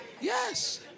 Yes